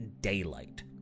daylight